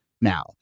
now